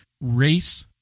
race